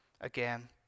again